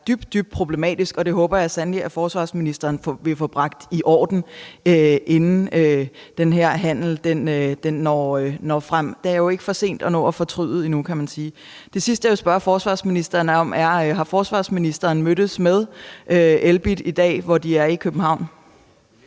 dybt, dybt problematisk, og det håber jeg sandelig at forsvarsministeren vil få bragt i orden, inden den her handel kommer i stand. Det er endnu ikke for sent at fortryde, kan man jo sige. Det sidste, jeg vil spørge forsvarsministeren om, er: Har forsvarsministeren mødtes med Elbit i dag, hvor de er i København?